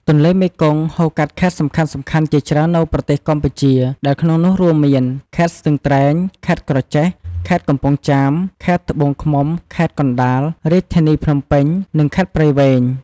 ទន្លេមេគង្គហូរកាត់ខេត្តសំខាន់ៗជាច្រើននៅប្រទេសកម្ពុជា ដែលក្នុងនោះរួមមាន ខេត្តស្ទឹងត្រែង ខេត្តក្រចេះ ខេត្តកំពង់ចាម ខេត្តត្បូងឃ្មុំ ខេត្តកណ្តាល រាជធានីភ្នំពេញ និង ខេត្តព្រៃវែង។